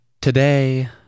Today